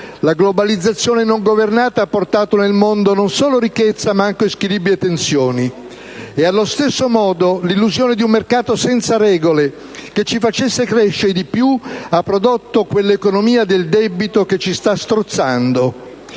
La globalizzazione non governata ha portato nel mondo non solo ricchezza, ma anche squilibri e tensioni. Ed allo stesso modo l'illusione di un mercato senza regole che ci facesse crescere di più ha prodotto quell'economia del debito che ci sta strozzando.